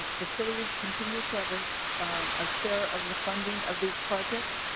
the city continues to have a share ah share of the funding of these projects.